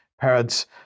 parents